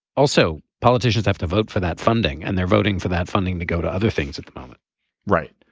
also politicians have to vote for that funding and they're voting for that funding to go to other things at the moment right.